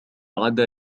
عدا